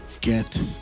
Get